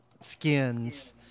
skins